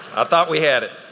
i thought we had it.